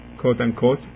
quote-unquote